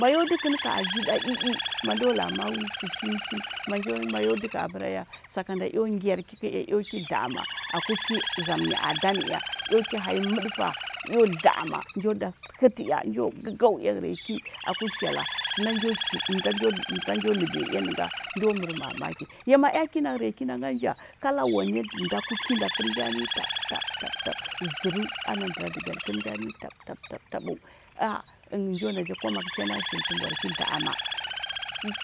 Mayo dəkə nə ka ajiba ii, mando la a ma’a wi sə sainshin majo mayo səka abəra ya sakanda eo ngyan ki kə ea ya eo ki dlaama akuki zamə nya adan ea, eo ki hanyi mədəfa eo ala’a ma, njo da hətə ea, njo gəgau ea reki aku shala səada sənda njo labiya ea nə nga ndo mərə mamaki. Va ma ea ki na reki nɗa nganja kala wane nɗə nɗa ku ki nda nəlnja ninyi tab tab tabə zərəu ana nɗəra dəgal kər nja ninyi tab tab tabəu. Aa ənghəu njo na ja kwamaksha na shili tə mbwar ki dla’ama